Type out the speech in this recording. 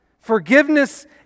Forgiveness